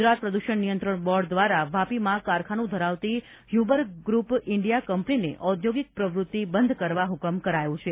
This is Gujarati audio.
ગુજરાત પ્રદુષણ નિયંત્રણ બોર્ડ દ્વારા વાપીમાં કારખાનું ધરાવતી હયુબર ગ્રુપ ઇન્ડિયા કંપનીને ઔદ્યોગિક પ્રવ્રત્તિ બંધ કરવા હુકમ કરાયો છે